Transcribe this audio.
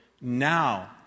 now